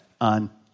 on